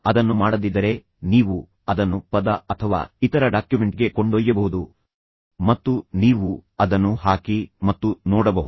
ಅದನ್ನು ಮಾಡದಿದ್ದರೆ ನೀವು ಅದನ್ನು ಪದ ಅಥವಾ ಇತರ ಡಾಕ್ಯುಮೆಂಟ್ಗೆ ಕೊಂಡೊಯ್ಯಬಹುದು ಮತ್ತು ನೀವು ಅದನ್ನು ಹಾಕಿ ಮತ್ತು ನೋಡಬಹುದು